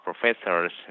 professors